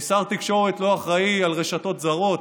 שר התקשורת לא אחראי על רשתות זרות,